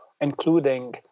including